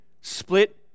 split